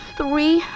three